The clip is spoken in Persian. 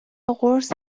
قرص